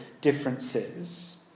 differences